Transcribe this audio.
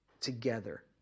together